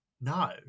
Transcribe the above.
no